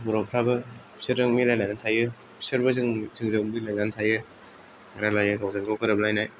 बर'फ्राबो बिसोरजों मिलाय लायनानै थायो बिसोरबो जोंजों मिलायनानै थायो रायलायो गावजोंगाव गोरोबलायनाय